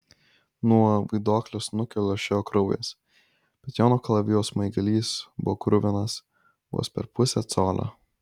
nuo vaiduoklio snukio lašėjo kraujas bet jono kalavijo smaigalys buvo kruvinas vos per pusę colio